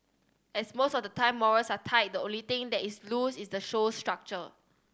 as most of the time morals are tight the only thing that is loose is the show's structure